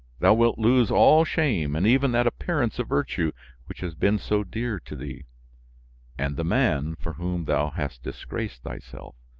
thou wilt lose all shame and even that appearance of virtue which has been so dear to thee and the man, for whom thou hast disgraced thyself,